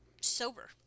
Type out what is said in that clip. sober